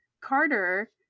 Carter